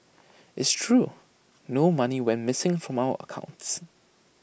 it's true no money went missing from our accounts